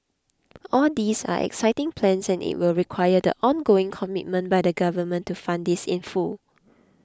all these are exciting plans and it will require the ongoing commitment by the Government to fund this in full